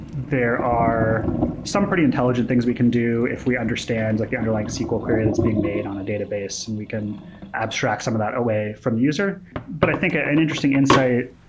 there are some pretty intelligent things we can do if we understand like the underlying sql query that's being made on a database and we can abstract some of that away from the user but i think ah an interesting insight,